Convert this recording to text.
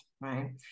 Right